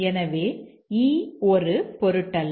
எனவே e ஒரு பொருட்டல்ல